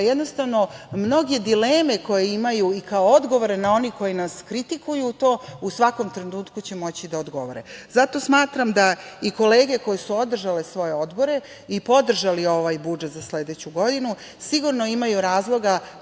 jednostavno mnoge dileme koje imaju i kao odgovore na one koji nas kritikuju, to u svakom trenutku će moći da odgovore. Zato smatram da i kolege koje su održale svoje odbore i podržali ovaj budžet za sledeću godinu sigurno imaju razloga